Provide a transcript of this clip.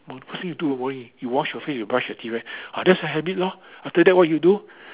first thing you do in the morning you wash your face you brush your teeth right ah that's a habit lor after that what you do